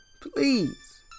please